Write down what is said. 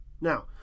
Now